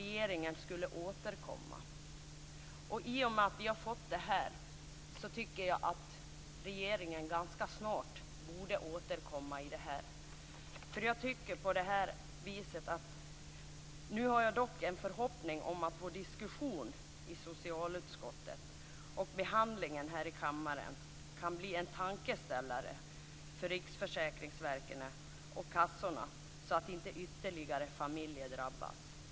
I och med detta tycker jag att regeringen ganska snart borde återkomma i detta ärende. Nu har jag dock en förhoppning om att vår diskussion i socialutskottet och behandlingen här i kammaren kan bli en tankeställare för Riksförsäkringsverket och kassorna, så att inte ytterligare familjer drabbas.